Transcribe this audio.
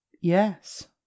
Yes